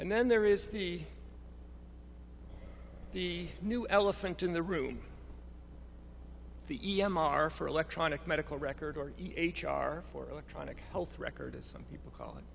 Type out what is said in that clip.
and then there is the the new elephant in the room the e m r for electronic medical records or each are for electronic health records some people call i